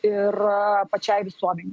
ir pačiai visuomenei